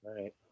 right